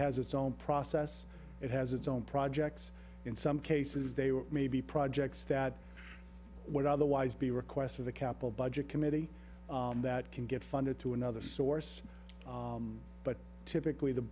has its own process it has its own projects in some cases they were maybe projects that were otherwise be request of the capital budget committee that can get funded through another source but typically the